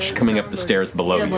coming up the stairs below but